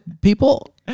people